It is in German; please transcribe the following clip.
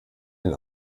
den